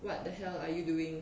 what the hell are you doing